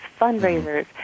fundraisers